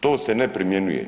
To se ne primjenjuje.